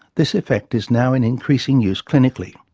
this effect is now in increasing use clinically.